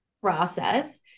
process